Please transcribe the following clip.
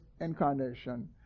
incarnation